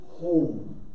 home